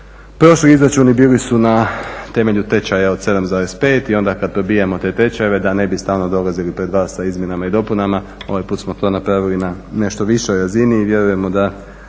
Prošli izračuni bili su na temelju tečaja od 7,5 i onda kad probijamo te tečajeve da ne bi stalno dolazili pred vas sa izmjenama i dopunama ovaj put smo to napravili na nešto višoj razini i vjerujemo da